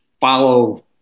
follow